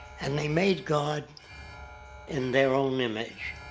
and the made god in their own image.